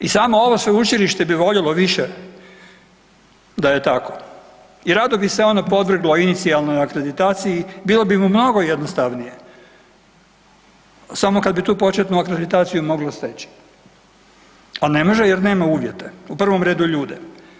I samo ovo sveučilište bi voljelo više da je tako i rado bi se ono podvrglo inicijalnoj akreditaciji i bilo bi mu mnogo jednostavnije, samo kad bi tu početnu akreditaciju moglo steći, a ne može jer nema uvjete, u prvom redu ljude.